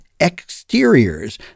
exteriors